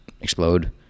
explode